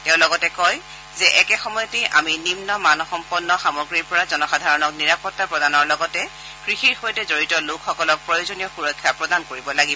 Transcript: তেওঁ লগতে কয় যে একে সময়তেই আমি নিম্ন মানসম্পন্ন সামগ্ৰীৰ পৰা জনসাধাৰণক নিৰাপত্তা প্ৰদানৰ লগতে কৃষিৰ সৈতে জড়িত লোকসকলক প্ৰয়োজনীয় সুৰক্ষা প্ৰদান কৰিব লাগিব